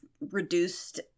reduced